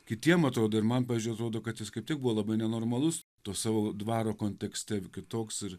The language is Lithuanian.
kitiem atrodo ir man pavyzdžiui atrodo kad jis kaip tik buvo labai nenormalus to savo dvaro kontekste kitoks ir